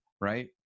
right